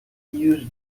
pious